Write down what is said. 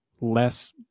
less